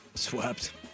swept